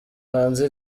hanze